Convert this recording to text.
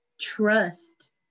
trust